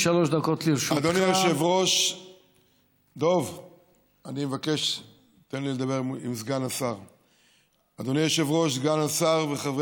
נעבור להצעות לסדר-היום בנושא: היעדר תוכנית לאומית ומפת עדיפות